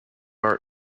art